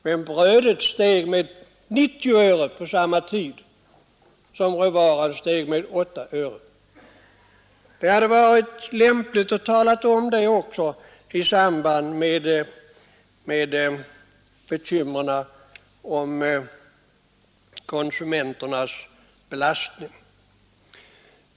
Men brödpriset steg under samma tid med 90 öre. Det hade varit lämpligt att nämna det också i samband med talet om konsumenternas belastning.